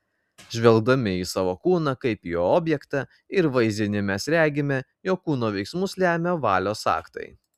žvelgdami į savo kūną kaip į objektą ir vaizdinį mes regime jog kūno veiksmus lemia valios aktai